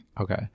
Okay